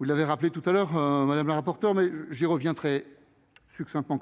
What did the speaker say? Mme le rapporteur l'a rappelé à l'instant, mais j'y reviens succinctement.